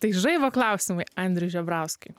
tai žaibo klausimai andriui žebrauskui